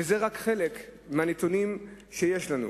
וזה רק חלק מהנתונים שיש לנו,